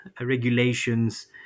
regulations